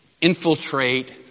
infiltrate